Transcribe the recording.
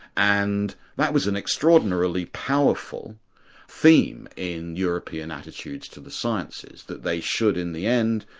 and that was an extraordinarily powerful theme in european attitudes to the sciences, that they should in the end,